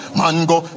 mango